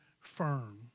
firm